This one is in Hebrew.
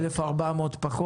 1,400 גילם נמוך יותר.